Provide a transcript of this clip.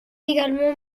également